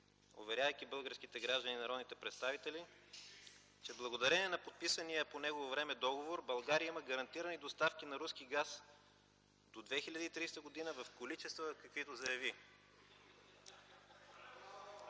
уверявайки българските граждани и народните представители, че благодарение на подписания по негово време договор България има гарантирани доставки на руски газ до 2030 г. в количества, каквито заяви.